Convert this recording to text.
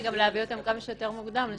גם להביא אותם כמה שיותר מוקדם לשלם,